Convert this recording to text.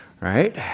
right